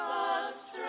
us